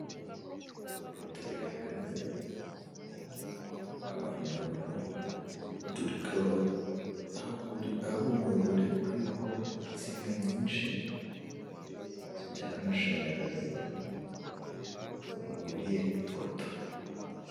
Ipoto rihagaze abantu bariho guturuka ahari umuyobore uhuriyeho insinga nyinshi zibyara amashanyarazi wuriye ipoto.